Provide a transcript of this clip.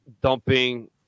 dumping